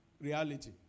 reality